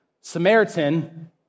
Samaritan